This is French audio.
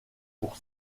pour